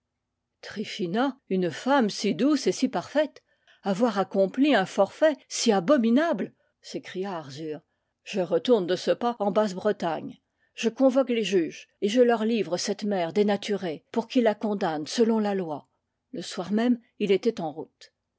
tryphina une femme si douce et si parfaite avoir accompli un forfait si abominable s'écria arzur je retourne de ce pas en basse-bretagne je convoque les juges et je leur livre cette mère dénaturée pour qu'ils la con damnent selon la loi le soir même il était en route